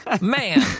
man